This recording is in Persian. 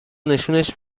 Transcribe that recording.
نشونش